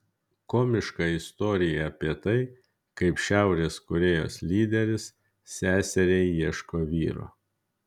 komiška istorija apie tai kaip šiaurės korėjos lyderis seseriai ieško vyro